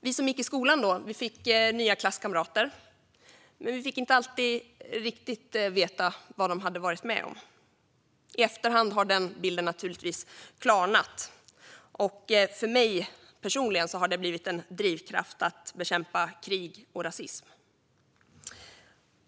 Vi som gick i skolan då fick nya klasskamrater, men vi fick inte alltid riktigt veta vad de hade varit med om. I efterhand har den bilden naturligtvis klarnat, och för mig personligen har det blivit en drivkraft för att bekämpa krig och rasism.